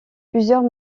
plusieurs